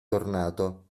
tornato